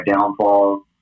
downfalls